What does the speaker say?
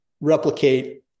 replicate